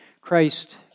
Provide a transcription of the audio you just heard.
Christ